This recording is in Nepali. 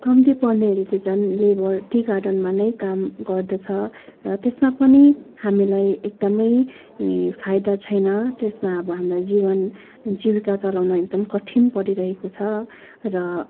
कम्ती पढ्नेहरूले त झन् लेबर टी गार्डनमा नै काम गर्दछ र त्यसमा पनि हामीलाई एकदमै फाइदा छैन त्यसमा अब हामीलाई जीवन जीविका चलाउन एकदम कठिन परिरहेको छ र